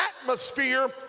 atmosphere